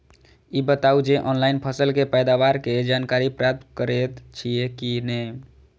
ई बताउ जे ऑनलाइन फसल के पैदावार के जानकारी प्राप्त करेत छिए की नेय?